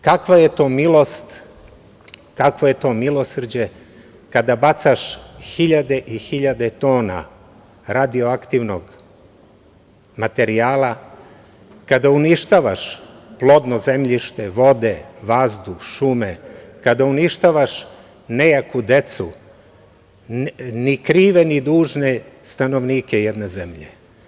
Kakva je to milost, kakvo je to milosrđe kada bacaš hiljade i hiljade tona radioaktivnog materijala, kada uništavaš plodno zemljište, vode, vazduh, šume, kada uništavaš nejaku decu, ni krive ni dužne stanovnike jedne zemlje?